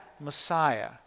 Messiah